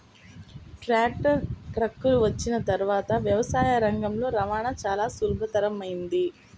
tractor, ట్రక్కులు వచ్చిన తర్వాత వ్యవసాయ రంగంలో రవాణా చాల సులభతరమైంది